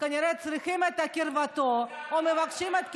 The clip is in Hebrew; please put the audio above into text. כנראה צריכים את קרבתו או מבקשים את קרבתו.